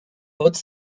haute